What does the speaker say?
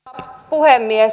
arvoisa puhemies